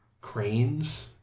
cranes